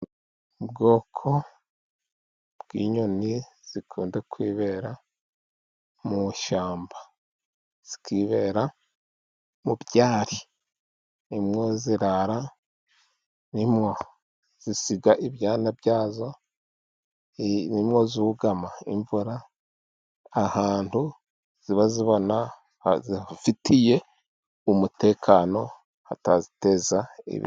Ubwoko bw'inyoni zikunda kwibera mu ishyamba, zikibera mu byari ni mwo zirara, ni mwo zisiga ibyana byazo, ni mwo zugama imvura, ahantu ziba zibona zifitiye umutekano hataziteza ibi....